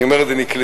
אני אומר "נקלטו",